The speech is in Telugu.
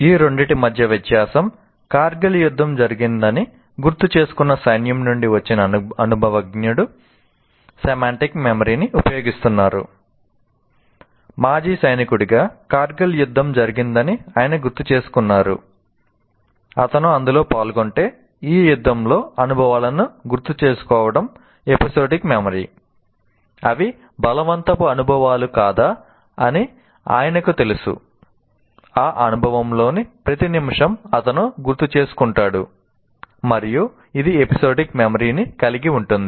ఈ రెండింటి మధ్య వ్యత్యాసం 'కార్గిల్ యుద్ధం జరిగిందని గుర్తుచేసుకున్న సైన్యం నుండి వచ్చిన అనుభవజ్ఞుడు' సెమాంటిక్ మెమరీ ని కలిగి ఉంటుంది